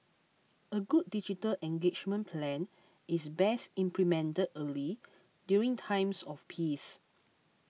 a good digital engagement plan is best implemented early during times of peace